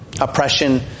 Oppression